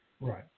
Right